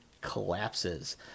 collapses